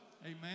Amen